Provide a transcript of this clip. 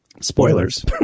Spoilers